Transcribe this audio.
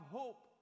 hope